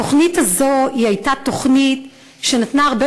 התוכנית הזו הייתה תוכנית שנתנה הרבה